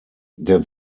der